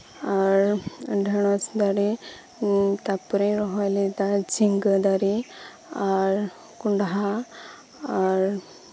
ᱟᱨ ᱰᱷᱮᱸᱲᱚᱥ ᱫᱟᱨᱮ ᱛᱟᱨᱯᱚᱨᱮᱧ ᱨᱚᱦᱚᱭ ᱞᱮᱫᱟ ᱡᱷᱤᱜᱟᱹ ᱫᱟᱨᱮ ᱠᱚᱸᱰᱷᱟ ᱟᱨ